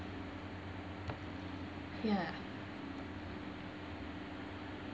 ya